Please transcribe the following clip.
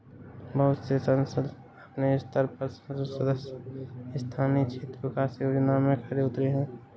बहुत से संसद अपने स्तर पर संसद सदस्य स्थानीय क्षेत्र विकास योजना में खरे उतरे हैं